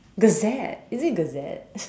gazette is it gazette